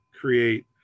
create